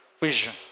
vision